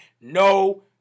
no